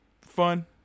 fun